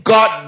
God